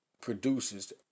produces